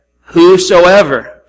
whosoever